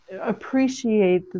appreciate